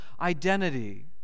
identity